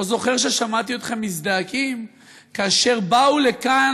לא זוכר ששמעתי אתכם מזדעקים כאשר באו לכאן,